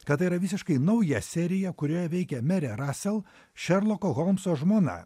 kad tai yra visiškai nauja serija kurioje veikia merė rasel šerloko holmso žmona